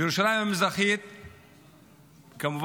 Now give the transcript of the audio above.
בירושלים המזרחית רבתי,